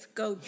go